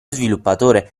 sviluppatore